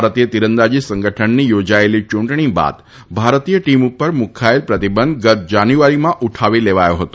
ભારતીય તિરંદાજી સંગઠનની યોજાયેલી ચૂંટણી ભારતીય ટીમ ઉપર મુકાયેલ પ્રતિબંધ ગત જાન્યુઆરીમાં ઉઠાવી લેવાયો હતો